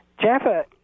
Jaffa